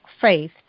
faith